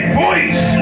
voice